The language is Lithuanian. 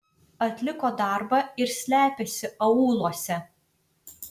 atliko darbą ir slepiasi aūluose